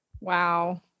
Wow